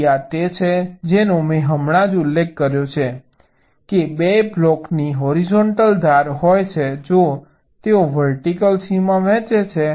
તેથી આ તે છે જેનો મેં હમણાં જ ઉલ્લેખ કર્યો છે કે 2 બ્લોકની હોરિઝોન્ટલ ધાર હોય છે જો તેઓ વર્ટિકલ સીમા વહેંચે છે